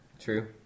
true